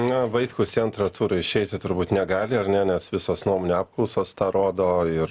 na vaitkus į antrą turą išeiti turbūt negali ar ne nes visos nuomonių apklausos tą rodo ir